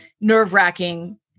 nerve-wracking